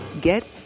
get